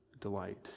delight